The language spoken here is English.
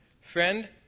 friend